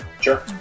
sure